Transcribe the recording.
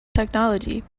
technology